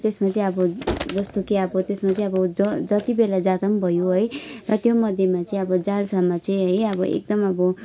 त्यसमा चाहिँ अब जस्तो कि अब त्यसमा चाहिँ अब जति बेला जाँदा पनि भयो है त्योमध्येमा चाहिँ अब जालसामा चाहिँ है अब एकदम अब